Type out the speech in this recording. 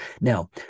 Now